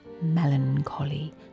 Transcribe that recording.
Melancholy